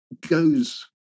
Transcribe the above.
goes